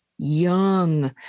Young